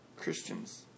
Christians